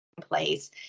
place